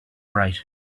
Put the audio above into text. right